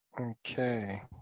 Okay